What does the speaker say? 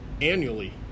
Annually